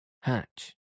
Hatch